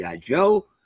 Joe